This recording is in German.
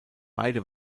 beide